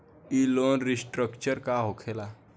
ई loan restructure का होखे ला?